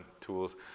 tools